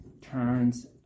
turns